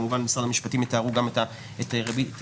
משרד המשפטים יתארו גם את ריבית הפיגורים.